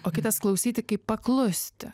o kitas klausyti kaip paklusti